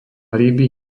ryby